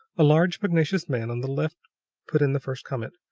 a large, pugnacious-looking man on the left put in the first comment.